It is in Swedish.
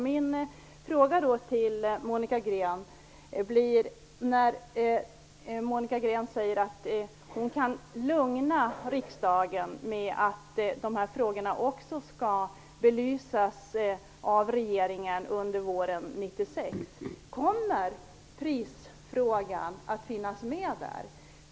Mina frågor till Monica Green när hon säger att hon kan lugna riksdagen med att de här frågorna också skall belysas av regeringen under våren 1996 blir: Kommer prisfrågan att finnas med?